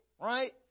Right